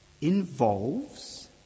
involves